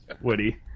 Woody